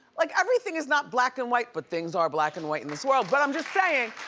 like everything is not black and white, but things are black and white in this world, but i'm just saying,